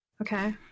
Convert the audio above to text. Okay